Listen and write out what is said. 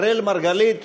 אראל מרגלית,